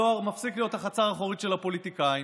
הדואר מפסיק להיות החצר האחורית של הפוליטיקאים